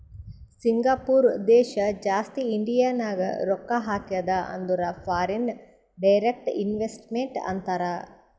Singapore ದೇಶ ಜಾಸ್ತಿ ಇಂಡಿಯಾನಾಗ್ ರೊಕ್ಕಾ ಹಾಕ್ಯಾದ ಅಂದುರ್ ಫಾರಿನ್ ಡೈರೆಕ್ಟ್ ಇನ್ವೆಸ್ಟ್ಮೆಂಟ್ ಅಂತಾರ್